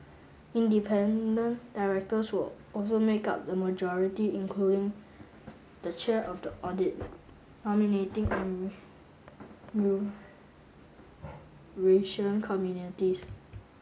independent directors will also make up the majority including the chair of the audit nominating and committees